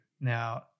Now